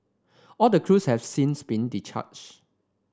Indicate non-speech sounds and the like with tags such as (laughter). all the crews have since been (unintelligible)